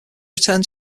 return